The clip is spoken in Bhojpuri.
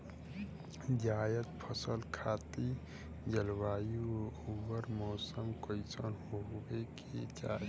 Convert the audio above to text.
जायद फसल खातिर जलवायु अउर मौसम कइसन होवे के चाही?